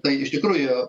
tai iš tikrųjų